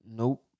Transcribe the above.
nope